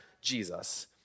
Jesus